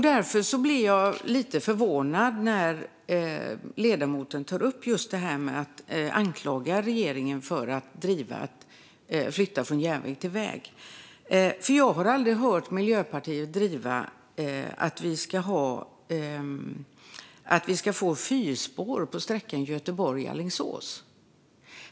Jag blev därför lite förvånad när ledamoten anklagade regeringen för att driva på för en överflyttning från järnväg till väg. Jag har aldrig hört Miljöpartiet driva på för att vi ska få fyrspår på sträckan Göteborg-Alingsås.